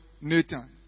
Nathan